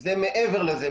זה מעבר לזה,